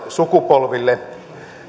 sukupolville